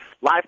live